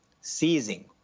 seizing